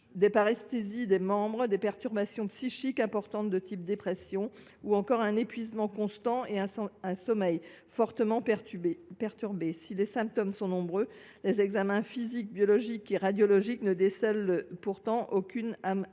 des paresthésies des membres, d’importantes perturbations psychiques pouvant s’apparenter à la dépression, ou encore un épuisement constant et un sommeil fortement perturbé. Si les symptômes sont nombreux, les examens physiques, biologiques et radiologiques ne décèlent aucune anomalie.